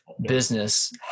business